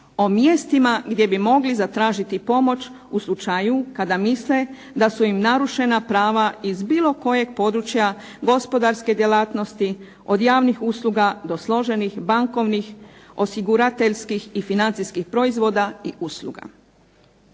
o mjestima gdje bi mogli zatražiti pomoć u slučaju kada misle da su im narušena prava iz bilo kojeg područja gospodarske djelatnosti, od javnih usluga do složenih bankovnih osigurateljskih i financijskih proizvoda i usluga.